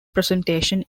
presentation